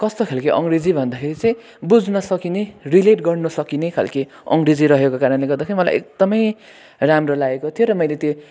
कस्तो खालको अङ्ग्रेजी भन्दाखेरि चाहिँ बुझ्न सकिने रिलेट गर्न सकिने खालको अङ्ग्रेजी रहेको कारणले गर्दाखेरि मलाई एकदमै राम्रो लागेको थियो र मैले त्यो